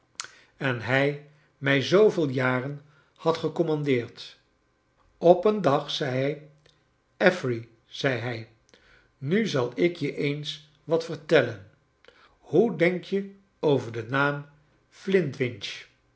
en hij mij zooveel jaren had gecommandeerd op een dag zei hij affery zei hij nu zal ik je eens wat vertellen hoe denk je over den naam flint winch